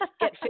get